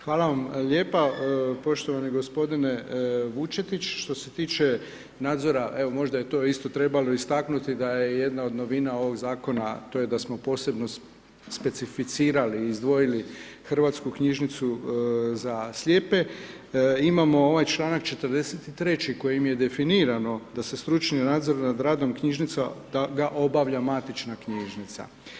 Hvala vam lijepo, poštovani g. Vučetić, što se tiče nadzora, evo možda je to isto trebalo istaknuti da je jedna od domina ovog zakona to je da smo posebno specificirali, izdvojili Hrvatsku knjižnicu za lijepe, imamo ovaj članak 43. kojim je definirano da se stručni nadzor nad radom knjižnica, da ga obavlja matična knjižnica.